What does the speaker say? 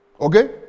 Okay